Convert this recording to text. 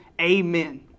amen